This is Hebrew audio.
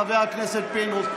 חבר הכנסת פינדרוס.